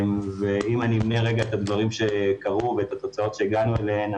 אם אמנה את הדברים שקרו ואת התוצאות שהגענו אליהן,